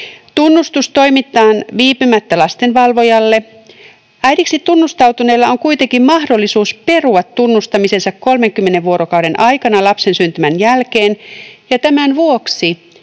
Tunnustus toimitetaan viipymättä lastenvalvojalle. Äidiksi tunnustautuneella on kuitenkin mahdollisuus perua tunnustamisensa 30 vuorokauden aikana lapsen syntymän jälkeen, ja tämän vuoksi,